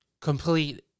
complete